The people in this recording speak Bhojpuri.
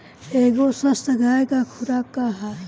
एगो स्वस्थ गाय क खुराक का ह?